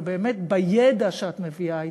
אלא באמת בידע שאת מביאה אתך.